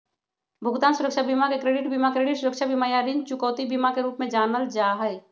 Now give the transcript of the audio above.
भुगतान सुरक्षा बीमा के क्रेडिट बीमा, क्रेडिट सुरक्षा बीमा, या ऋण चुकौती बीमा के रूप में भी जानल जा हई